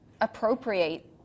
appropriate